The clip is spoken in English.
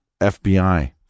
FBI